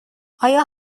آیا